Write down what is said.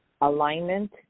alignment